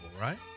right